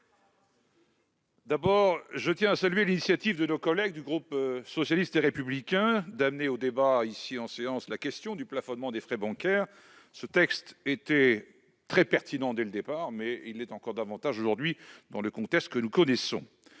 d'abord à saluer l'initiative de mes collègues du groupe socialiste et républicain, qui nous permet de débattre en séance de la question du plafonnement des frais bancaires. Ce texte était très pertinent dès le départ ; il l'est encore davantage aujourd'hui dans le contexte que nous connaissons.